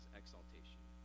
exaltation